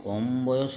କମ୍ ବୟସରେ